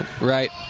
Right